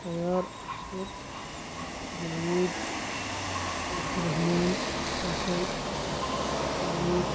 Sayyar Ashraf Javed Abdulrahman Faisal Tariq